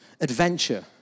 adventure